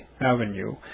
Avenue